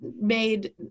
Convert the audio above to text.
made